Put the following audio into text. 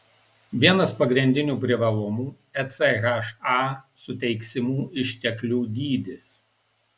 vienas pagrindinių privalumų echa suteiksimų išteklių dydis